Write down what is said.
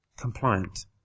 compliant